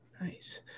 nice